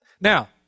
Now